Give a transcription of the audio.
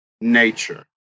nature